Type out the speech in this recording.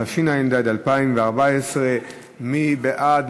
התשע"ד 2014. מי בעד?